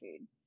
food